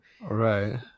Right